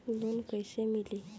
Loan कइसे मिली?